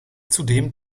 zudem